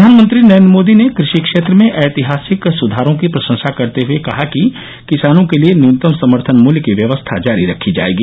प्रधानमंत्री नरेन्द्र मोदी ने कृषि क्षेत्र में ऐतिहासिक सुधारों की प्रशंसा करते हए कहा कि किसानों के लिए न्यनतम समर्थन मृत्य की व्यवस्था जारी रखी जाएगी